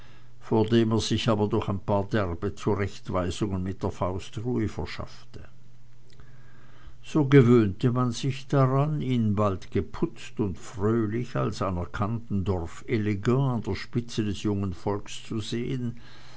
vor dem er sich aber durch ein paar derbe zurechtweisungen mit der faust ruhe verschaffte so gewöhnte man sich daran ihn bald geputzt und fröhlich als anerkannten dorfelegant an der spitze des jungen volks zu sehen